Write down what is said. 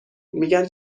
میگن